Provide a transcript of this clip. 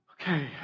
okay